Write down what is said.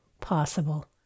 possible